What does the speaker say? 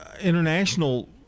international